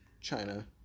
China